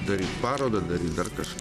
daryt parodą daryt dar kažką